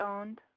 owned